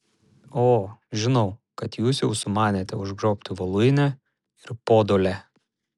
o žinau kad jūs jau sumanėte užgrobti voluinę ir podolę